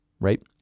right